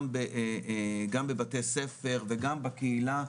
גם בבתי ספר וגם בקהילה,